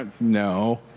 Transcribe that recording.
no